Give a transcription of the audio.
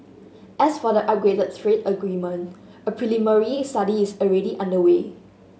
as for the upgraded trade agreement a preliminary study is already underway